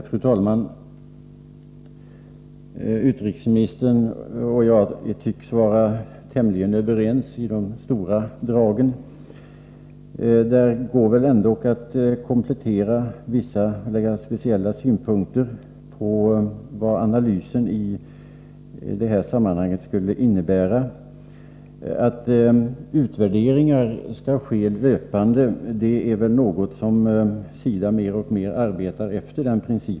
Fru talman! Utrikesministern och jag tycks i stora drag vara tämligen överens. Det går ändock att komplettera vissa speciella synpunkter på vad analysen i detta sammanhang skulle innebära. Att utvärderingar skall ske löpande är väl en princip som SIDA mer och mer arbetar efter.